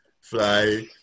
fly